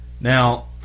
Now